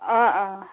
অঁ অঁ